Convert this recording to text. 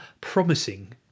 promising